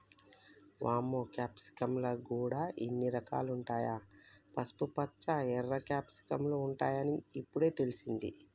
వామ్మో క్యాప్సికమ్ ల గూడా ఇన్ని రకాలుంటాయా, పసుపుపచ్చ, ఎర్ర క్యాప్సికమ్ ఉంటాయని ఇప్పుడే తెలిసింది